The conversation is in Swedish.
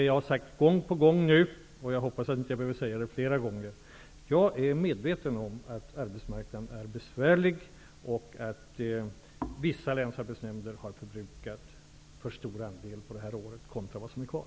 Jag har gång på gång sagt -- och jag hoppas att jag inte behöver säga det fler gånger -- att jag är medveten om att arbetsmarknaden är besvärlig och att vissa länsarbetsnämnder har förbrukat för stor andel av anslagen under detta år i relation till vad som är kvar.